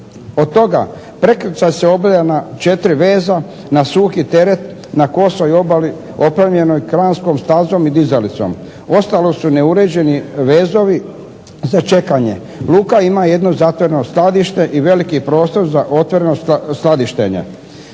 Od toga prekrcaj se obavlja na četiri veza, na suhi teret, na kosoj obali opremljenoj kranjskom stazom i dizalicom. Ostalo su neuređeni vezovi za čekanje. Luka ima jedno zatvoreno skladište i veliki prostor za otvoreno skladištenje.